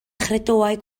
chredoau